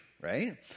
right